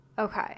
Okay